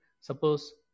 Suppose